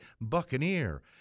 Buccaneer